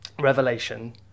Revelation